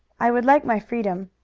i would like my freedom.